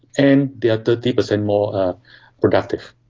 and they are thirty percent more productive,